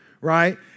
right